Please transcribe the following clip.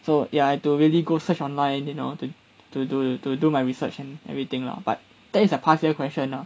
so ya have to really go search online you know to to do to do my research and everything lah but that is a past year question lah